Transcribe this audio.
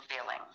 feeling